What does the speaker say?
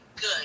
good